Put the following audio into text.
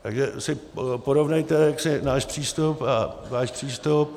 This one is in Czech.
Takže si porovnejte jaksi náš přístup a váš přístup.